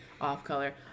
off-color